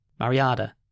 Mariada